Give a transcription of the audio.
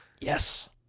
Yes